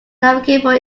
navigable